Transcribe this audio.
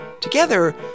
Together